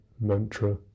mantra